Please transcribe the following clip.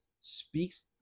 speaks